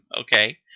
okay